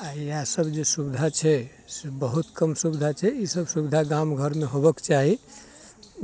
आ इएह सभ जे सुविधा छै से बहुत कम सुविधा छै ई सभ सुविधा गाम घरमे होयबाक चाही